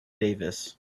davis